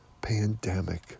pandemic